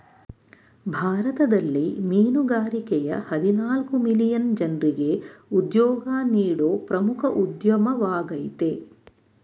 ಭಾರತದಲ್ಲಿ ಮೀನುಗಾರಿಕೆಯ ಹದಿನಾಲ್ಕು ಮಿಲಿಯನ್ ಜನ್ರಿಗೆ ಉದ್ಯೋಗ ನೀಡೋ ಪ್ರಮುಖ ಉದ್ಯಮವಾಗಯ್ತೆ